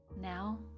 Now